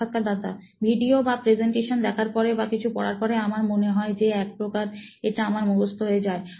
সাক্ষাৎকারদাতা ভিডিও বা প্রেজেন্টেশন দেখার পরে বা কিছু পড়ার পরে আমার মনে হয় যে একপ্রকার এটা আমার মুখস্থ হয়ে যায়